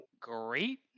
great